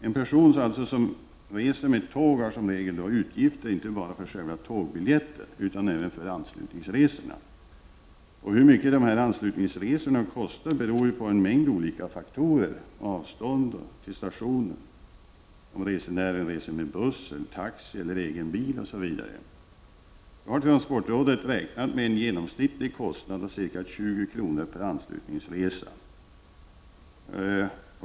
En person som reser med tåg har som regel utgifter inte bara för själva tågbiljetten utan även för anslutningsresorna. Hur mycket dessa anslutningsresor kostar beror på en mängd olika faktorer: avstånd till stationen, om resan företas med buss, taxi eller egen bil osv. Transportrådet har räknat med en genomsnittlig kostnad av ca 20 kr. per anslutningsresa.